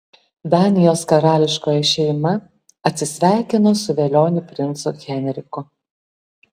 danijos karališkoji šeima atsisveikino su velioniu princu henriku